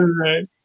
right